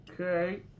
Okay